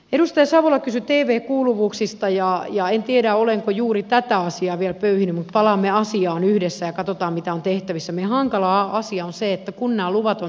edustaja savola kysyi teeveekuuluvuuksistajia ja en tiedä olenko juuri tätä asiaa vie töihin palaamme asiaan yhdessä katotaan mitä on tehtävissä hankala asia on se että kunnaluvat on